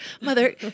mother